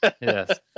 Yes